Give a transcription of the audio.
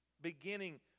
beginning